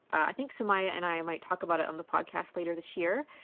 i think sumaiyya, and i might talk about it on the podcast later this year.